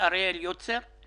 ואריאל יוצר,